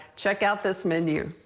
check out this menu.